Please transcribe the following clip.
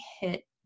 hit